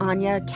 Anya